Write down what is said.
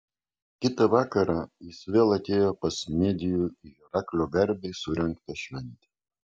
kitą vakarą jis vėl atėjo pas medijų į heraklio garbei surengtą šventę